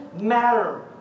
matter